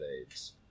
AIDS